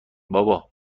بابا